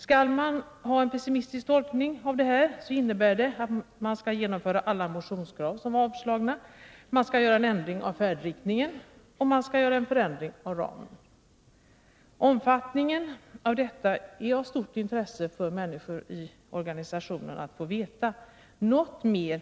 Om jag gör en pessimistisk tolkning av försvarsministerns svar, så innebär det att man skall genomföra alla motionskrav som avslogs, ändra färdriktningen och förändra ramen. Det är av stort intresse för de människor som arbetar i organisationen att få veta omfattningen av dessa förändringar.